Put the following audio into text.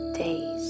days